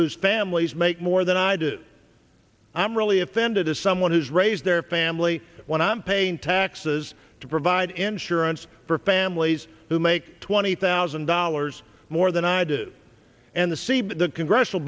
whose families make more than i do i'm really offended as someone who's raised their family when i'm paying taxes to provide insurance for families who make twenty thousand dollars more than i do and the sea but the congressional